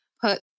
put